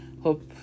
Hope